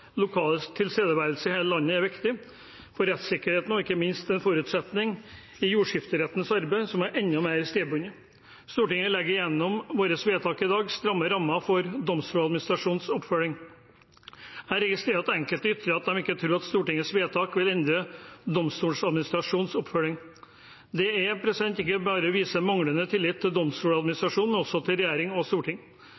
lokale tilstedeværelse i hele landet er viktig for rettssikkerheten, og ikke minst er det en forutsetning i jordskifterettens arbeid, som er enda mer stedbundet. Stortinget legger gjennom våre vedtak i dag stramme rammer for Domstoladministrasjonens oppfølging. Jeg registrerer at enkelte ytrer at de ikke tror Stortingets vedtak vil endre Domstoladministrasjonens oppfølging. Det er ikke bare å vise manglende tillit til